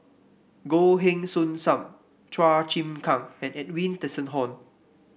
Goh Heng Soon Sam Chua Chim Kang and Edwin Tessensohn